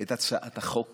את הצעת החוק